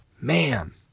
Man